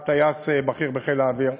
היה טייס בכיר בחיל האוויר,